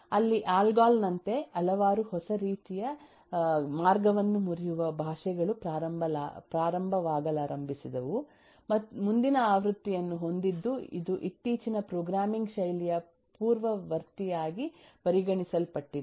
ಅಲ್ಲಿ ಅಲ್ಗೊಲ್ ನಂತೆ ಹಲವಾರು ಹೊಸ ರೀತಿಯಮಾರ್ಗವನ್ನು ಮುರಿಯುವ ಭಾಷೆಗಳು ಪ್ರಾರಂಭವಾಗಲಾರಂಭಿಸಿದವು ಮುಂದಿನ ಆವೃತ್ತಿಯನ್ನು ಹೊಂದಿದ್ದು ಇದು ಇತ್ತೀಚಿನ ಪ್ರೊಗ್ರಾಮಿಂಗ್ ಶೈಲಿಯ ಪೂರ್ವವರ್ತಿಯಾಗಿ ಪರಿಗಣಿಸಲ್ಪಟ್ಟಿದೆ